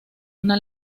una